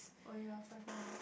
oh ya five more minutes